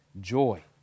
joy